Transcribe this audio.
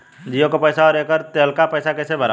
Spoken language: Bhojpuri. जीओ का पैसा और एयर तेलका पैसा कैसे भराला?